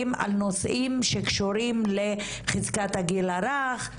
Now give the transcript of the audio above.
על נושאים שקשורים לחזקת הגיל הרך,